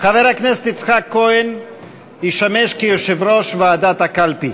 חבר הכנסת יצחק כהן ישמש יושב-ראש ועדת הקלפי.